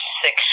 six